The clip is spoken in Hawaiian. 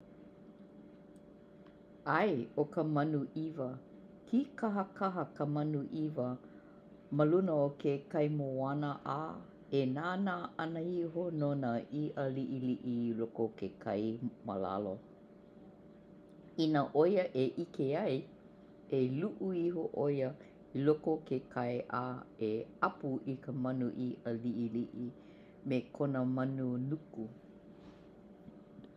'Ae, 'o ka manu 'iwa. Kîkahakaha ka manu 'iwa ma luna o ke kai moana a e nānā 'ana iho no nā i'a li'ili'i i loko o ke kai ma lalo. I nā 'o ia e 'ike ai, e lu'u iho 'o ia i loko o ke kai a e apu i mau i'a li'ili'i me kona manu nuku.